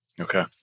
Okay